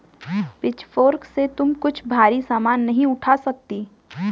pitchfork से तुम कुछ भारी सामान नहीं उठा सकती